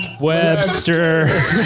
Webster